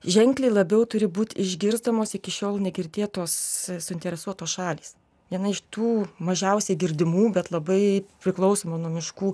ženkliai labiau turi būt išgirstamos iki šiol negirdėtos suinteresuotos šalys viena iš tų mažiausiai girdimų bet labai priklausoma nuo miškų